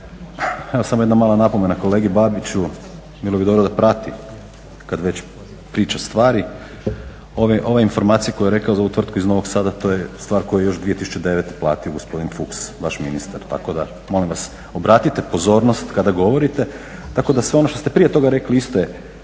evo samo jedna mala napomena kolegi Babiću, bilo bi dobro da prati kad već priča stvari. Ove informacije koje je rekao za ovu tvrtku iz Novog Sada to je stvar koju je još 2009. platio gospodin Fuchs vaš ministar, tako da molim vas obratite pozornost kada govorite tako da sve ono što ste prije toga rekli isto je